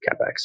capex